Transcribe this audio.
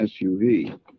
SUV